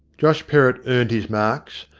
josh perrott earned his marks,